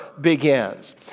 begins